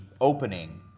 opening